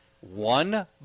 one